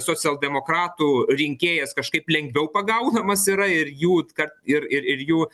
socialdemokratų rinkėjas kažkaip lengviau pagaunamas yra ir jų kad ir ir ir jų